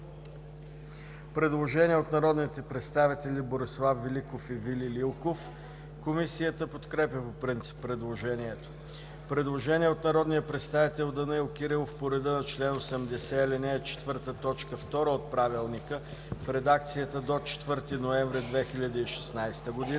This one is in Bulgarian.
предложение от народните представители Борислав Великов и Вили Лилков. Комисията подкрепя по принцип предложението. Предложение от народния представител Данаил Кирилов по реда на чл. 80, ал. 4, т. 2 от Правилника в редакцията до 4 ноември 2016 г.